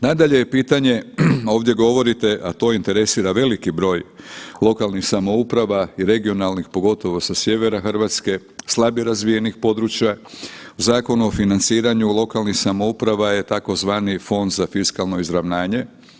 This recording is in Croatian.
Nadalje je pitanje, ovdje govorite, a to interesira veliki broj lokalnih samouprava i regionalnih pogotovo sa sjevera Hrvatske, slabije razvijenih područja Zakon o financiranju lokalnih samouprava je tzv. Fond za fiskalno izravnanje.